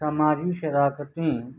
سماجی شراکتیں